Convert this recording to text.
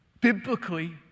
biblically